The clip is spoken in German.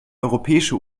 europäische